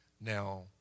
Now